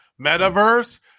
metaverse